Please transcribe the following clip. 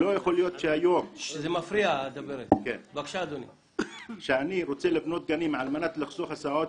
לא יכול להיות שהיום כשאני רוצה לבנות גנים על מנת לחסות הסעות